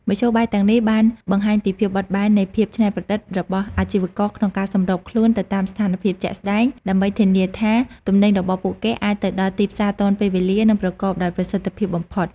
មធ្យោបាយទាំងនេះបានបង្ហាញពីភាពបត់បែននិងភាពច្នៃប្រឌិតរបស់អាជីវករក្នុងការសម្របខ្លួនទៅតាមស្ថានភាពជាក់ស្តែង ដើម្បីធានាថាទំនិញរបស់ពួកគេអាចទៅដល់ទីផ្សារទាន់ពេលវេលា និងប្រកបដោយប្រសិទ្ធភាពបំផុត។